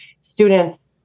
students